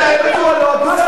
אתה מתנהג בצורה לא הגונה.